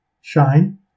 shine